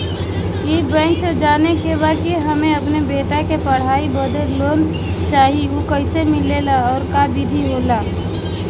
ई बैंक से जाने के बा की हमे अपने बेटा के पढ़ाई बदे लोन चाही ऊ कैसे मिलेला और का विधि होला?